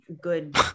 good